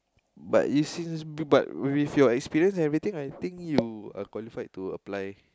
but you see but with your experience everything I think you are qualified to apply